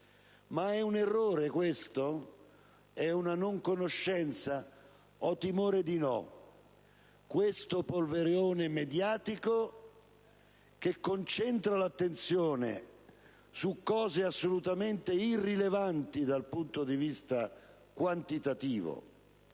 Ma è un errore questo? È una non conoscenza? Ho timore di no. Questo polverone mediatico, che concentra l'attenzione su elementi assolutamente irrilevanti dal punto di vista quantitativo,